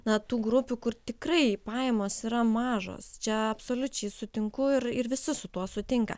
na tų grupių kur tikrai pajamos yra mažos čia absoliučiai sutinku ir ir visi su tuo sutinka